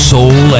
Soul